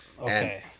Okay